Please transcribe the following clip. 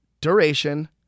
duration